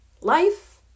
Life